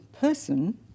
person